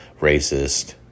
racist